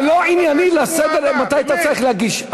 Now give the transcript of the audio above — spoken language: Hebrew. זה לא ענייני לסדר מתי אתה צריך להגיש.